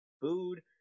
food